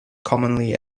commonly